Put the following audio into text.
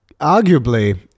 arguably